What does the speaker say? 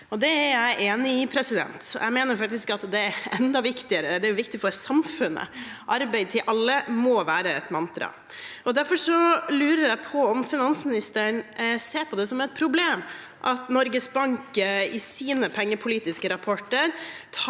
det er jeg enig i. Jeg mener faktisk at det er enda viktigere – det er jo viktig for samfunnet: Arbeid til alle må være et mantra. Derfor lurer jeg på om finansministeren ser på det som et problem at Norges Bank i sine pengepolitiske rapporter